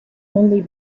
only